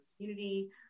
community